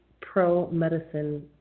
pro-medicine